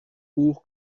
pour